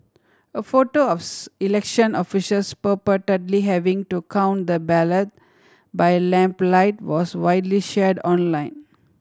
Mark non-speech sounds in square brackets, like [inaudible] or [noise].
a photo of [unintelligible] election officials purportedly having to count the ballot by lamplight was widely shared online